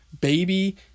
baby